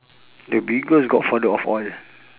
the biggest godfather of all